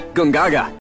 Gungaga